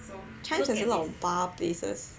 Chijmes has a lot of bar places